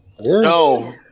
No